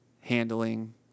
handling